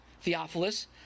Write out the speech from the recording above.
Theophilus